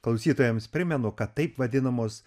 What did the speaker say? klausytojams primenu kad taip vadinamos